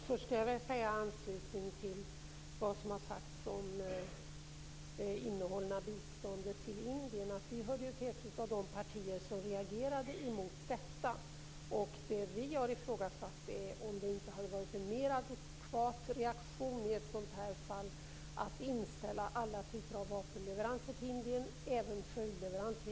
Fru talman! Först skall jag i anslutning till vad som har sagts om det innehållna biståndet till Indien säga att vi hörde till de partier som reagerade emot detta. Det vi har ifrågasatt är om det i ett sådant här fall inte hade varit en mer adekvat reaktion att inställa alla typer av vapenleveranser till Indien, även följdleveranser.